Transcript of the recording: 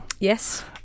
Yes